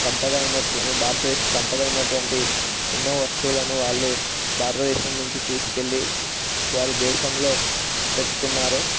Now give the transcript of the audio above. సంపద అయినట్టు భారతదేశ సంపద అయినటువంటి ఎన్నో వస్తువులను వాళ్ళు భారతదేశం నుంచి తీసుకెళ్లి వారి దేశంలో పెట్టుకున్నారు